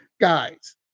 guys